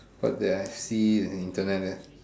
but then I see the Internet eh